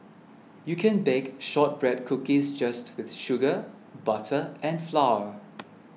you can bake Shortbread Cookies just with sugar butter and flour